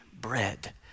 bread